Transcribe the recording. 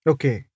Okay